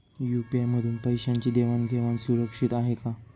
UPI मधून पैशांची देवाण घेवाण सुरक्षित आहे का?